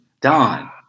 Don